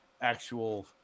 actual